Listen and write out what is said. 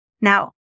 Now